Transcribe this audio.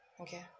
Okay